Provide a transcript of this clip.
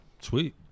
Sweet